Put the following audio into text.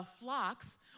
flocks